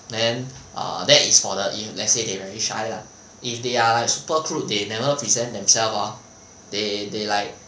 then err that is for the if let's say they very shy lah if they are like super crude they never present themselves ah they they like